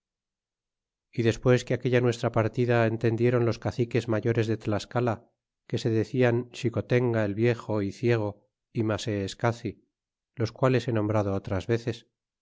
y despues que aquella nuestra partida entendieron los caciques mayores de tlascala que se decian xicotenga el viejo é ciego y maseescaci los quales he nombrado otras veces